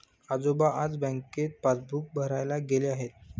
आजोबा आज बँकेत पासबुक भरायला गेले आहेत